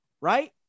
Right